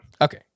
Okay